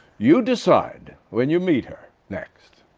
you decide when you meet her next.